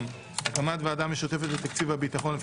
- הקמת ועדה משותפת לתקציב הביטחון,